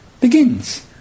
begins